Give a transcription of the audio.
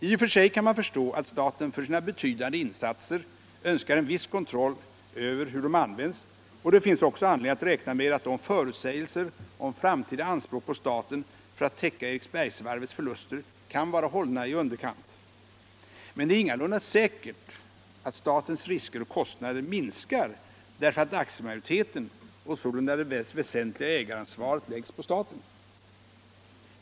I och för sig kan man förstå att staten för sina betydande insatser önskar en viss kontroll över hur de används, och det finns också anledning att räkna med att förutsägelserna om framtida anspråk på staten för att täcka Eriksbergsvarvets förluster kan vara hållna i underkant. Men det är ingalunda säkert att statens risker och kostnader minskar därför att aktiemajoriteten och sålunda det väsentliga ägaransvaret läggs på staten.